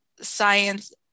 science